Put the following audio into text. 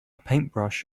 paintbrush